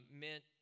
meant